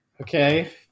Okay